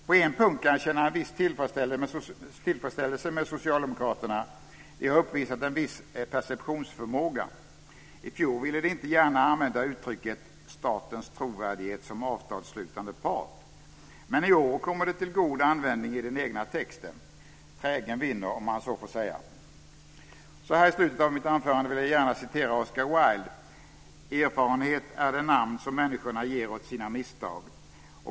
På en punkt kan jag känna en viss tillfredsställelse med socialdemokraterna. De har uppvisat en viss perceptionsförmåga. I fjol ville de inte gärna använda uttrycket "statens trovärdighet som avtalsslutande part", men i år kommer det till god användning i den egna texten. Trägen vinner, om man så får säga. Så här i slutet av mitt anförande vill jag gärna citera Oscar Wilde: "Erfarenhet är det namn som människorna ger åt sina misstag."